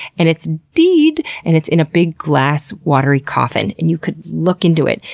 and it's dead, and it's in a big, glass, watery coffin and you could look into it.